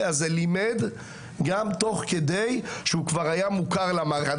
הזה לימד גם תוך כדי שהוא היה מוכר למערכת.